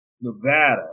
Nevada